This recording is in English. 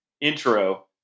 intro